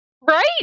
Right